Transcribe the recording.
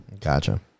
gotcha